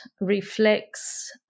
reflects